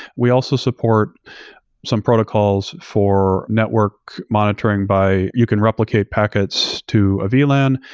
we also support some protocols for network monitoring by you can replicate packets to a vlan,